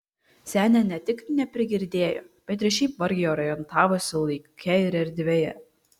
senė ne tik neprigirdėjo bet ir šiaip vargiai orientavosi laike ir erdvėje